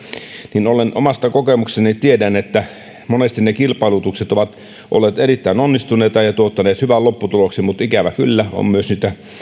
niin omasta kokemuksestani tiedän että monesti ne kilpailutukset ovat olleet erittäin onnistuneita ja tuottaneet hyvän lopputuloksen mutta ikävä kyllä on myös niitä